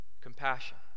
compassion